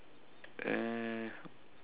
uh